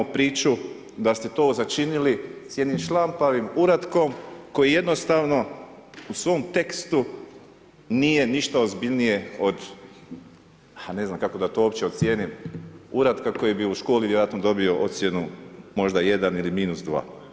Imamo priču da ste to začinili s jednim šlampavim uratkom, koji jednostavno u svom tekstu nije ništa ozbiljnije od, a ne znam, kako da to uopće ocjenom, uratka koji bi u školi vjerojatno dobio ocjenu, možda jedan ili minus dva.